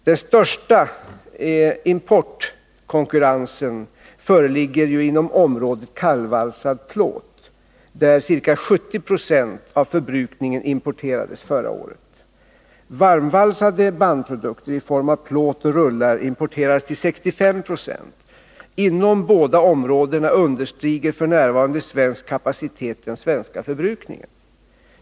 Den stora importkonkurrensen föreligger inom området kallvalsad plåt. Här importerades ca 70 20 av förbrukningen förra året. Varmvalsade bandprodukter i form av plåt och rullar importerades till 65 26. Inom båda dessa områden understiger svensk kapacitet f. n. den inhemska förbrukningen.